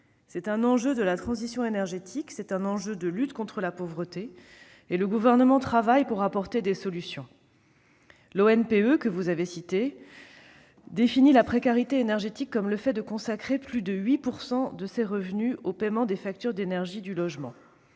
C'est un enjeu de transition énergétique et de lutte contre la pauvreté et le Gouvernement travaille pour y apporter des solutions. L'ONPE, que vous avez cité, définit la précarité énergétique comme « le fait de consacrer plus de 8 % de ses revenus au paiement des factures d'énergie du logement